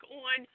on